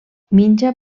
menja